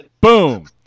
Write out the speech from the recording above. boom